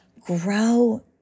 Grow